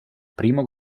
primo